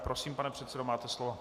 Prosím, pane předsedo, máte slovo.